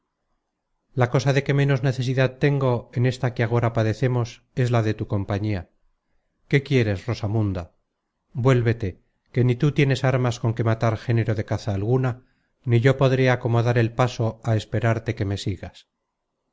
la cosa de que ménos necesidad tengo en ésta que agora padecemos es la de tu compañía qué quieres rosamunda vuélvete que ni tú tienes armas con que matar género de caza alguna ni yo podré acomodar el paso á esperarte que me sigas